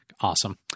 Awesome